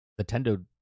Nintendo